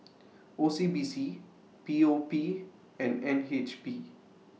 O C B C P O P and N H B